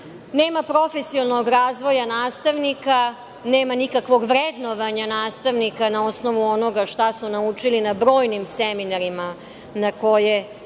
Nema profesionalnog razvoja nastavnika, nema nikakvog vrednovanja nastavnika na osnovu onoga šta su naučili na brojnim seminarima na koje